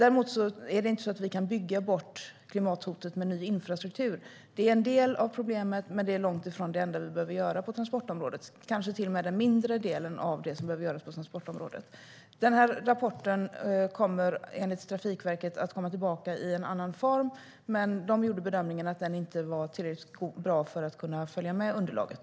Vi kan dock inte bygga bort klimathotet med ny infrastruktur. Det är en del av problemet, men det är långt ifrån det enda vi behöver göra på transportområdet. Det kanske till och med är den mindre delen av det som behöver göras på transportområdet. Den här rapporten kommer enligt Trafikverket att komma tillbaka i en annan form, men man gjorde bedömningen att den inte var tillräckligt bra för att kunna följa med underlaget.